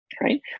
right